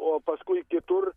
o paskui kitur